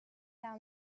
down